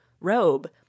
robe